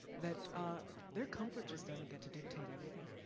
that their comfort just, doesn't get to dictate everything.